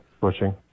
pushing